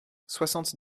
soixante